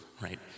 right